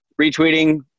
retweeting